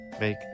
Make